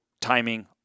timing